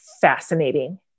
fascinating